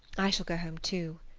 i shall go home too.